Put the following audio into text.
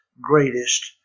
greatest